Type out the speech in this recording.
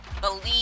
believe